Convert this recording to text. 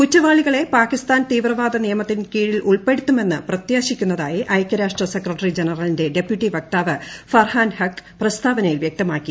കുറ്റവാളികളെ പാകിസ്ഥാൻ തീവ്രവാദ നിയമത്തിൻ കീഴിൽ ഉൾപ്പെടുത്തുമെന്ന് പ്രത്യാശിക്കുന്നതായി ഐക്യരാഷ്ട്ര സെക്രട്ടറി ജനറലിന്റെ ഡെപ്യൂട്ടി വക്താവ് ഫർഹാൻ ഹഖ് പ്രസ്താവനയിൽ വൃക്തമാക്കി